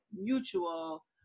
mutual